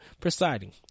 presiding